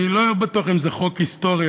אני לא בטוח אם זה חוק היסטורי,